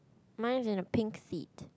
mine is in a pink seat